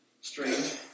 strange